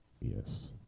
Yes